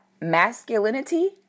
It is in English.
masculinity